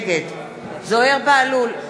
נגד זוהיר בהלול,